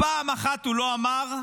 פעם אחת הוא לא אמר: